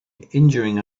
injuring